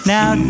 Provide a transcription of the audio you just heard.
Now